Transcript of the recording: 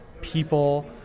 people